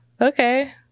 okay